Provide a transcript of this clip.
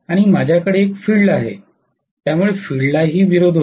आणि माझ्याकडे एक फील्ड आहे त्यामुळे फील्डलाही विरोध होईल